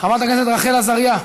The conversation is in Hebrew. חברת הכנסת רחל עזריה,